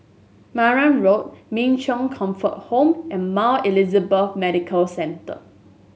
Marang Road Min Chong Comfort Home and Mount Elizabeth Medical Centre